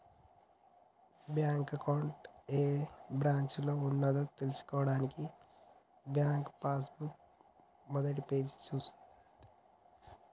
bank account ఏ బ్రాంచిలో ఉన్నదో తెల్సుకోవడానికి బ్యాంకు పాస్ బుక్ మొదటిపేజీని చూస్తే